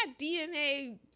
DNA